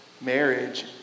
marriage